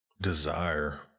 desire